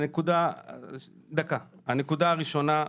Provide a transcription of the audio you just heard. הנקודה הראשונה,